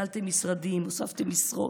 פיצלתם משרדים, הוספתם משרות,